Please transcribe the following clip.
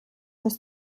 das